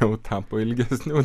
jau tapo ilgesniu